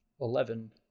Eleven